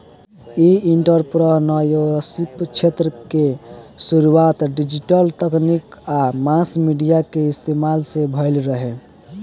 इ एंटरप्रेन्योरशिप क्षेत्र के शुरुआत डिजिटल तकनीक आ मास मीडिया के इस्तमाल से भईल रहे